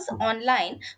online